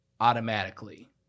automatically